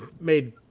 made